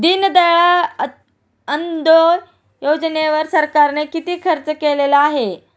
दीनदयाळ अंत्योदय योजनेवर सरकारने किती खर्च केलेला आहे?